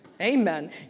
Amen